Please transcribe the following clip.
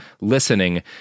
listening